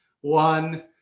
one